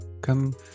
Come